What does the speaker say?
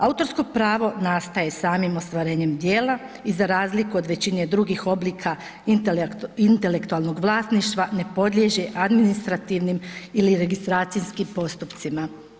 Autorsko pravo nastaje samim ostvarenjem dijela i za razliku od većine drugih oblika intelektualnog vlasništva ne podliježe administrativnim ili registracijskim postupcima.